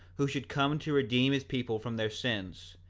who should come to redeem his people from their sins,